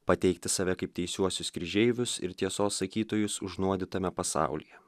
pateikti save kaip teisiuosius kryžeivius ir tiesos sakytojus užnuodytame pasaulyje